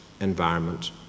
environment